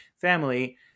family